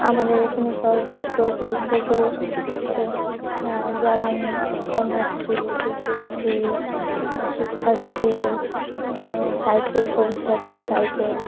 আমাদের এখানে সরকারি প্রকল্পগুলো হচ্ছে যেমন কন্যাশ্রী রূপশ্রী শিক্ষাশ্রী সাইকেল সবুজ সাথী সাইকেল